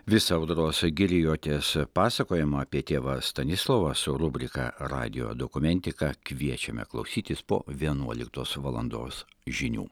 visą audros girijotės pasakojamą apie tėvą stanislovą su rubrika radijo dokumentika kviečiame klausytis po vienuoliktos valandos žinių